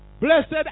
Blessed